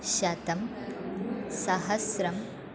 शतं सहस्रं